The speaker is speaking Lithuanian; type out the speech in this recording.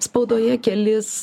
spaudoje kelis